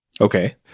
Okay